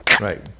Right